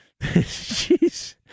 Jeez